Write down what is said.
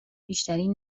بیشترین